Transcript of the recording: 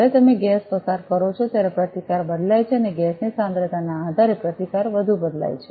જ્યારે તમે ગેસ પસાર કરો છો ત્યારે પ્રતિકાર બદલાય છે અને ગેસની સાંદ્રતાના આધારે પ્રતિકાર વધુ બદલાય છે